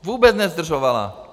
Vůbec nezdržovala.